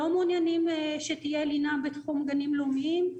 לא מעוניינים שתהיה לינה בתחום גנים לאומיים.